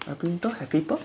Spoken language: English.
your printer have paper